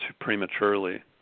prematurely